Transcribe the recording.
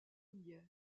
niais